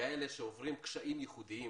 כאלה שעוברים קשיים ייחודיים